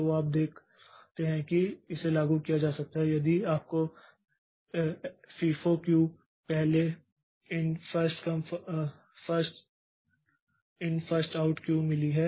तो आप देखते हैं कि इसे लागू किया जा सकता है यदि आपको FIFO क्यू पहले इन फर्स्ट आउट क्यू मिली है